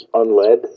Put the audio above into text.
unled